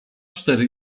cztery